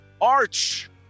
Arch